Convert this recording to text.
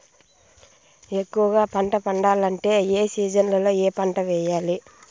ఎక్కువగా పంట పండాలంటే ఏ సీజన్లలో ఏ పంట వేయాలి